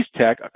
Tech